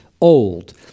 old